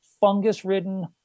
fungus-ridden